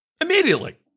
immediately